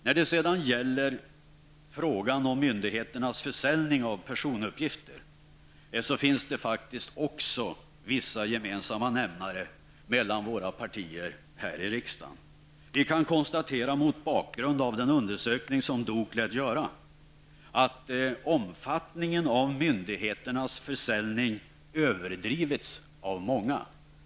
När det gäller frågan om myndigheternas försäljning av personuppgifter, finns det också vissa gemensamma nämnare mellan partierna i riksdagen. Mot bakgrund av den undersökning som DOK lät göra kan vi konstatera att omfattningen av myndigheternas försäljning överdrivits av många.